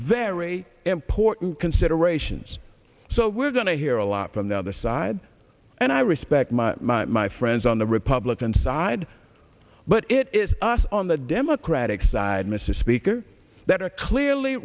very important considerations so we're going to hear a lot from the other side and i respect my my my friends on the republican side but it is us on the democratic side mr speaker that are clearly